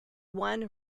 one